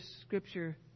scripture